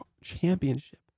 championship